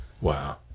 wow